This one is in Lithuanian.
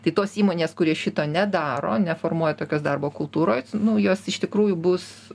tai tos įmonės kurios šito nedaro neformuoja tokios darbo kultūros nu jos iš tikrųjų bus